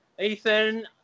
Ethan